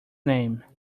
name